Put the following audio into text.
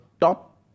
top